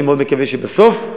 אני מאוד מקווה שבסוף,